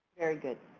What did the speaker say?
very good.